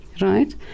right